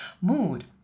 mood